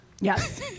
Yes